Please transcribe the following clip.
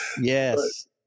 Yes